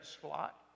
slot